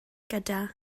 gyda